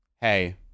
hey